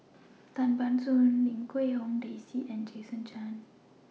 Tan Ban Soon Lim Quee Hong Daisy and Jason Chan